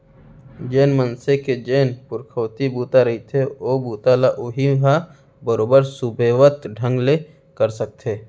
जेन मनसे के जेन पुरखउती बूता रहिथे ओ बूता ल उहीं ह बरोबर सुबेवत ढंग ले कर सकथे